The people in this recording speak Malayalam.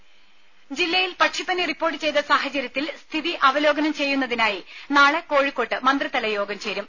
രുമ ജില്ലയിൽ പക്ഷിപ്പനി റിപ്പോർട്ട് ചെയ്ത സാഹചര്യത്തിൽ സ്ഥിതി അവലോകനം ചെയ്യുന്നതിനായി നാളെ കോഴിക്കോട്ട് മന്ത്രിതല യോഗം ചേരും